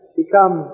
become